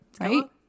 Right